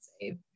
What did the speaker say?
save